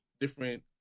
different